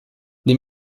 des